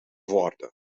worden